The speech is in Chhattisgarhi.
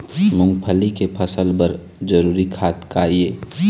मूंगफली के फसल बर जरूरी खाद का ये?